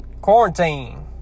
quarantine